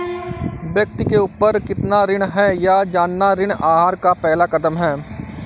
व्यक्ति के ऊपर कितना ऋण है यह जानना ऋण आहार का पहला कदम है